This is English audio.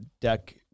Deck